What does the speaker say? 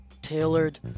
tailored